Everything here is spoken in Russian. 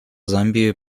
замбии